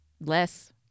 Less